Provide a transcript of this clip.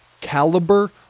caliber